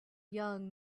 young